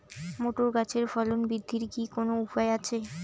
Motor গাছের ফলন বৃদ্ধির কি কোনো উপায় আছে?